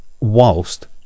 whilst